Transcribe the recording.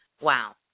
Wow